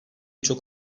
çok